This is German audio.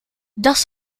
das